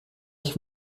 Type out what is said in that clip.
ich